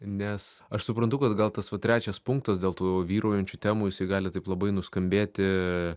nes aš suprantu kad gal tas va trečias punktas dėl tų vyraujančių temų jisai gali taip labai nuskambėti